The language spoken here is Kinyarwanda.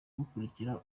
bukurikira